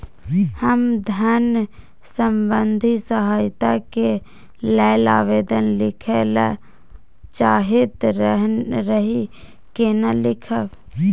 हम धन संबंधी सहायता के लैल आवेदन लिखय ल चाहैत रही केना लिखब?